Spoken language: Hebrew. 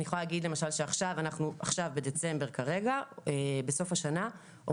אני יכולה להגיד שעכשיו בדצמבר בסוף השנה אנחנו